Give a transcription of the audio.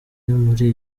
muri